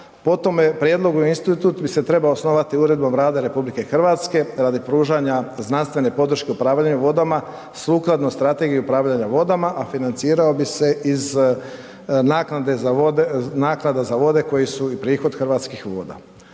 po tome prijedlogu institut bi se treba osnovati uredbom Vlade RH radi pružanja znanstvene podrške upravljanja vodama sukladno Strategiji upravljanja vodama a financirao bi se iz naknade za ovdje koje su i prihod Hrvatskih voda.